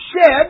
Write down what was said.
shed